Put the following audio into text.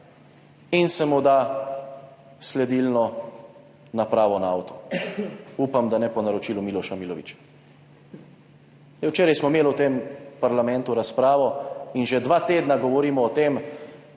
in se mu da sledilno napravo na avto. Upam, da ne po naročilu Miloša Milovića. Včeraj smo imeli v parlamentu razpravo in že dva tedna govorimo o tem,